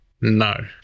no